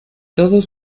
todos